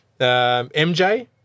MJ